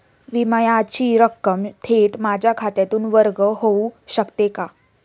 विम्याची रक्कम थेट माझ्या खात्यातून वर्ग होऊ शकते का?